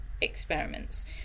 experiments